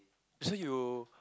so you